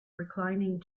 reclining